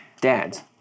Dad's